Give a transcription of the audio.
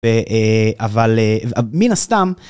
אבל מן הסתם.